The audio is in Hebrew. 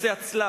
מסע הצלב,